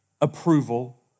approval